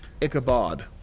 Ichabod